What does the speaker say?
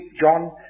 John